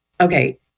okay